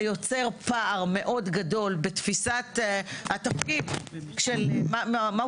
זה יוצר פער מאוד גדול בתפיסת התפקיד של המפכ"ל מהו